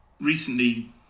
Recently